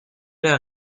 der